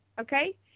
okay